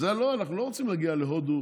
אז אנחנו לא רוצים להגיע להודו